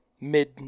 mid